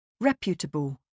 Reputable